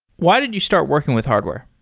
why did you start working with hardware?